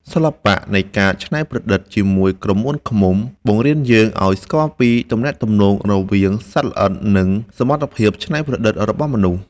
សិល្បៈនៃការច្នៃប្រឌិតជាមួយក្រមួនឃ្មុំ បង្រៀនយើងឱ្យស្គាល់ពីទំនាក់ទំនងរវាងសត្វល្អិត និង សមត្ថភាពច្នៃប្រឌិតរបស់មនុស្សជាតិ។